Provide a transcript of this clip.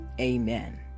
amen